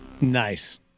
Nice